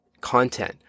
content